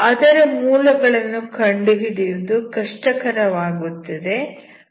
ಅದರ ಮೂಲಗಳನ್ನು ಕಂಡುಹಿಡಿಯುವುದು ಕಷ್ಟಕರವಾಗುತ್ತದೆ